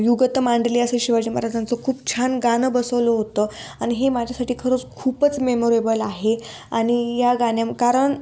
युगत मांडली असं शिवाजी महाराजांचं खूप छान गाणं बसवलं होतं आणि हे माझ्यासाठी खरंच खूपच मेमोरेबल आहे आणि या गाणं कारण